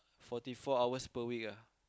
forty four hours per week ah